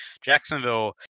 Jacksonville